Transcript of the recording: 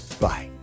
Bye